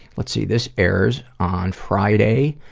let's see, this airs on friday,